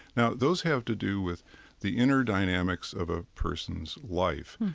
now, those have to do with the inner dynamics of a person's life,